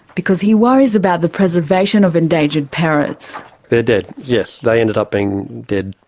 because he worries about the preservation of endangered parrots. they're dead, yes. they ended up being dead,